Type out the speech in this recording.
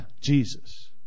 Jesus